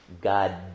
God